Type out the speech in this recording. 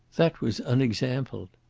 that was unexampled.